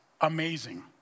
amazing